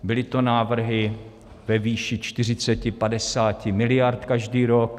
Byly to návrhy ve výši 40, 50 miliard každý rok.